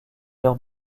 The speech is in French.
leurs